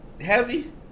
Heavy